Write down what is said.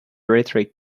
rhetoric